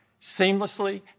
seamlessly